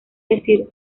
decir